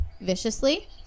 viciously